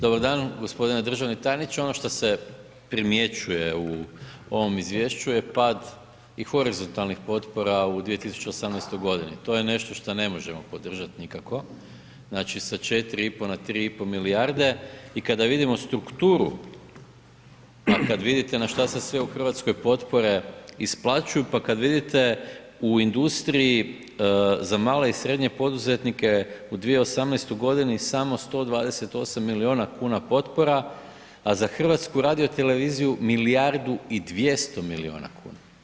Dobar dan, g. državni tajniče, ono šta se primjećuje u ovom izvješću je pad i horizontalnih potpora u 2018.g., to je nešto šta ne možemo podržat nikako, znači sa 4,5 na 3,5 milijarde i kada vidimo strukturu, al kad vidite na šta se sve u RH potpore isplaćuju, pa kad vidite u industriji za male i srednje poduzetnike u 2018.g. samo 128 milijuna kuna potpora, a za HRT milijardu i 200 milijuna kuna.